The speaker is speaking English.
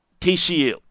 TCU